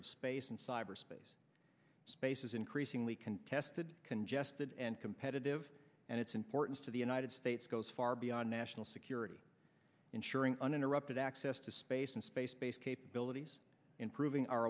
of space and cyberspace space is increasingly contested congested and competitive and its importance to the united states goes far beyond national security ensuring uninterrupted access to space and space based capabilities improving o